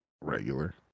regular